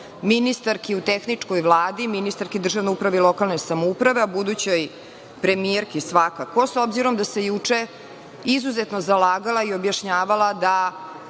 ministarki u tehničkoj Vladi, ministarki državne uprave i lokalne samouprave, a budućoj premijerki svakako, s obzirom da se juče izuzetno zalagala i objašnjavala da